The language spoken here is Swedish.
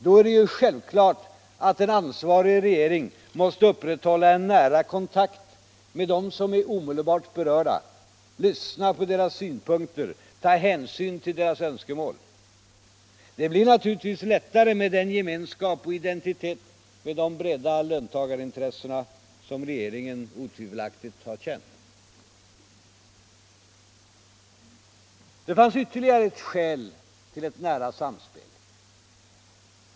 Då är det ju självklart att en ansvarig regering måste upprätthålla en nära kontakt med dem som är omedelbart berörda, lyssna på deras synpunkter, ta hänsyn till deras önskemål. Det blir naturligtvis lättare med den gemenskap och identitet med de breda löntagarintressena som regeringen otvivelaktigt har känt. Det fanns ytterligare ett skäl till ett nära samspel.